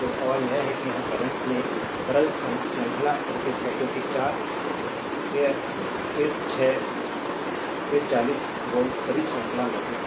तो सवाल यह है कि यहां करंट में सरल श्रृंखला सर्किट है क्योंकि 4 here फिर 6 is फिर 40 वोल्ट सभी श्रृंखला में हैं